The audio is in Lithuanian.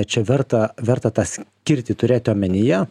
čia verta verta tą skirtį turėt omenyje